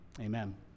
amen